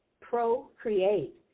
procreate